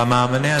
והמענה הזה,